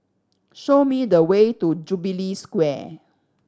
show me the way to Jubilee Square